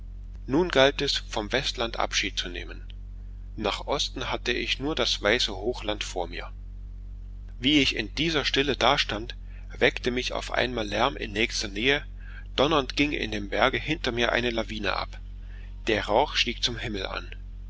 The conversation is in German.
nun galt es vom westland abschied zu nehmen nach osten hatte ich nur das weiße hochland vor mir wie ich in dieser stille dastand weckte mich auf einmal lärm in nächster nähe donnernd ging in dem berge hinter mir eine lawine herab der rauch stieg zum himmel an